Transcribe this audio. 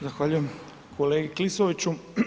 Zahvaljujem kolegi Klisoviću.